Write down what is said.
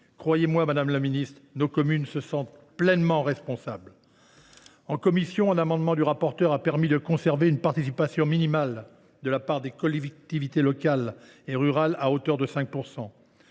Croyez moi, madame la ministre, nos communes se sentent pleinement responsables. En commission, un amendement du rapporteur a permis de conserver une participation minimale de la part des collectivités rurales, à hauteur de 5